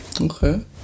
Okay